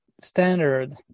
standard